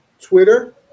twitter